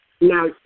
Now